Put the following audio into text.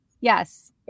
yes